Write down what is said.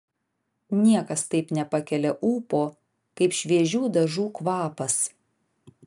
niekas taip nepakelia ūpo kaip šviežių dažų kvapas